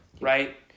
right